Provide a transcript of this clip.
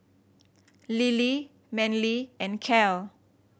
Lilie Manly and Cal